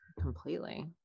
completely